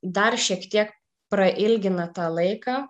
dar šiek tiek prailgina tą laiką